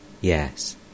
yes